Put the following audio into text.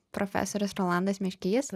profesorius rolandas meškys